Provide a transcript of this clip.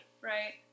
Right